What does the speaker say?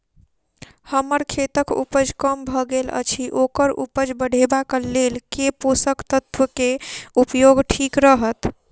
हम्मर खेतक उपज कम भऽ गेल अछि ओकर उपज बढ़ेबाक लेल केँ पोसक तत्व केँ उपयोग ठीक रहत?